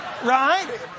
right